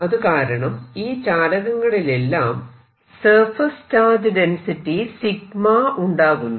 അതുകാരണം ഈ ചാലകങ്ങളിലെല്ലാം സർഫേസ് ചാർജ് ഡെൻസിറ്റി 𝜎 ഉണ്ടാകുന്നു